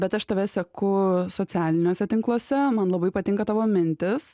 bet aš tave seku socialiniuose tinkluose man labai patinka tavo mintys